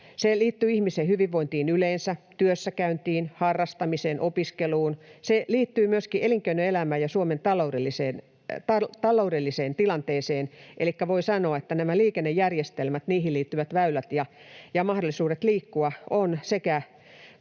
Se liittyy ihmisen hyvinvointiin yleensä, työssäkäyntiin, harrastamiseen, opiskeluun, se liittyy myöskin elinkeinoelämään ja Suomen taloudelliseen tilanteeseen. Elikkä voi sanoa, että nämä liikennejärjestelmät, niihin liittyvät väylät ja mahdollisuudet liikkua, ovat sekä